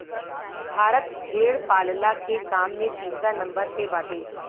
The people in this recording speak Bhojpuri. भारत भेड़ पालला के काम में तीसरा नंबर पे बाटे